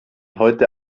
heute